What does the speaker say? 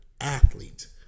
athlete